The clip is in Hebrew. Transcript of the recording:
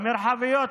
המרחביות,